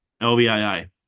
L-B-I-I